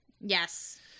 Yes